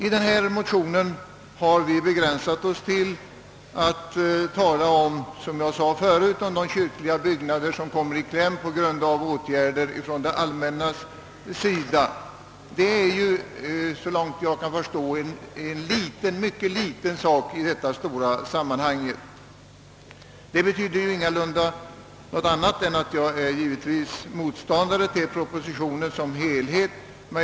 I motionen har vi, som jag förut sade, begränsat oss till att tala om de kyrkliga byggnader som kommer i kläm på grund av åtgärder från det allmännas sida, Det är så långt jag kan förstå en mycket liten sak i detta stora sammanhang. Vad jag här framhåller betyder ingalunda något annat än att jag givetvis är motståndare till propositionen som helhet.